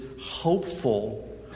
hopeful